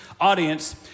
audience